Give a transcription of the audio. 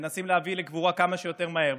מנסים להביא לקבורה כמה שיותר מהר,